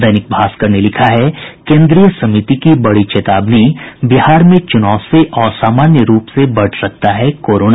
दैनिक भास्कर ने लिखा है केन्द्रीय समिति की बड़ी चेतावनी बिहार में चुनाव से असामान्य रूप से बढ़ सकता है कोरोना